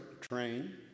train